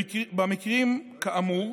במקרים כאמור,